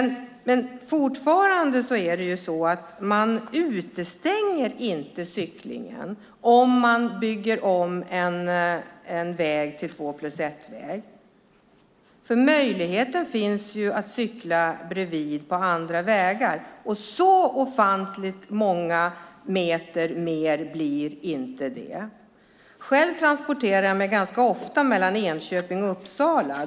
Man utestänger inte cyklingen om man bygger om en väg till två-plus-ett-väg. Möjligheten finns att cykla bredvid, på andra vägar. Så ofantligt många meter längre blir det inte. Själv transporterar jag mig ganska ofta mellan Enköping och Uppsala.